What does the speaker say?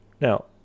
Now